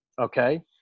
okay